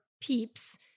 peeps